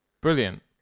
Brilliant